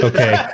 Okay